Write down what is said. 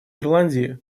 ирландии